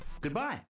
Goodbye